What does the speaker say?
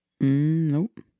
Nope